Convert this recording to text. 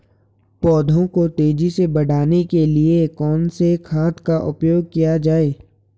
पौधों को तेजी से बढ़ाने के लिए कौन से खाद का उपयोग किया जाए?